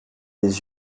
des